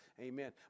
Amen